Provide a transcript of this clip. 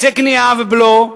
מסי קנייה ובלו.